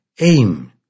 aim